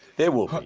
there will